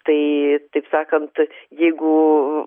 tai taip sakant jeigu